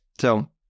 So-